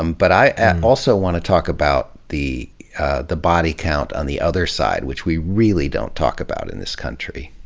um but i also want to talk about the the body count on the other side, which we really don't talk about in this country.